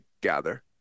gather